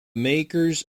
makers